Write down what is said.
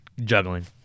juggling